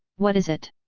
what is it?